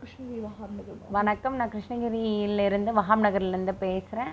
கிருஷ்ணகிரி வஹாம் நகர் வணக்கம் நான் கிருஷ்ணகிரிலிருந்து வஹாம் நகர்லிருந்து பேசுகிறேன்